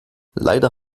leider